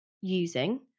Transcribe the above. using